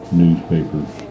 newspapers